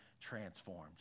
transformed